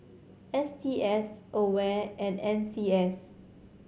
S T S AWARE and N C S